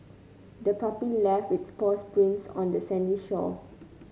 the puppy left its paw prints on the sandy shore